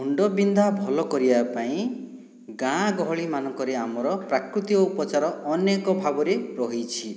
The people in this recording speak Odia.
ମୁଣ୍ଡ ବିନ୍ଧା ଭଲ କରିବା ପାଇଁ ଗାଁ ଗହଳିମାନଙ୍କରେ ଆମର ପ୍ରାକୃତିକ ଉପଚାର ଅନେକ ଭାବରେ ରହିଛି